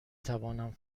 توانم